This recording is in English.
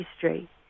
history